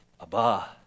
Abba